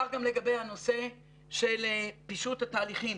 כך גם לגבי הנושא של פישוט התהליכים